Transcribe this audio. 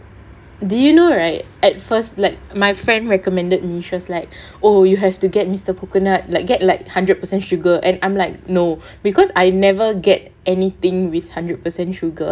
do you know right at first like my friend recommended me first right oh you have to get Mr Coconut like get like hundred percent sugar and I'm like no because I never get anything with hundred percent sugar